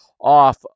off